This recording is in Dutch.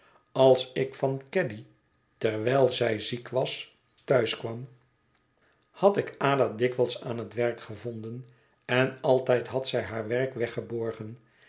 als ik van caddy terwijl zij ziek was thuis kwam had ik ada dikwijls aan het werk gevonden en altijd had zij haar werk